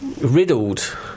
riddled